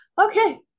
okay